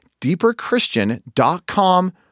deeperchristian.com